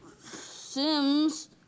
Sims